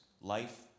life